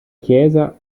chiesa